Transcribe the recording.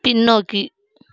பின்னோக்கி